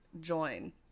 join